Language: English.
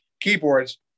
keyboards